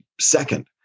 second